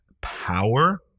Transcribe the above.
power